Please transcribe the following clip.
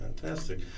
Fantastic